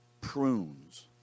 Prunes